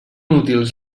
útils